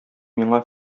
миңа